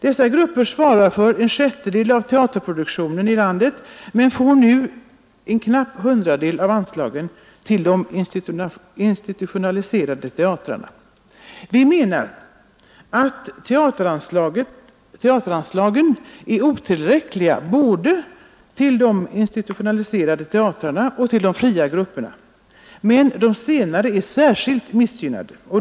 Dessa grupper svarar för en sjättedel av teaterproduktionen i landet men får nu en knapp hundradel av anslagen till de institutionaliserade teatrarna. Vi menar att teateranslagen är otillräckliga både till de institutionaliserade teatrarna och till de fria grupperna, men de senare är särskilt missgynnade.